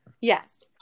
yes